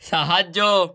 সাহায্য